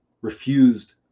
refused